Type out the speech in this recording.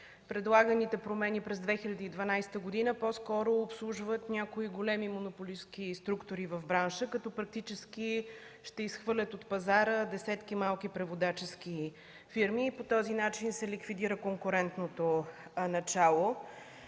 предлаганите промени през 2012 г. по-скоро обслужват някои големи монополистки структури в бранша, като практически ще изхвърлят от пазара десетки малки преводачески фирми и по този начин се ликвидира конкурентното начало.